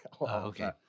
Okay